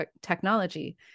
technology